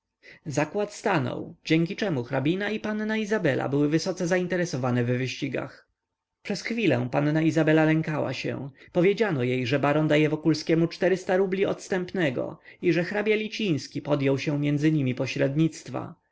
zakład stanął dzięki czemu hrabina i panna izabela były wysoce zainteresowane w wyścigach przez chwilę panna izabela lękała się powiedziano jej że baron daje wokulskiemu czterysta rubli odstępnego i że hrabia liciński podjął się między nimi pośrednictwa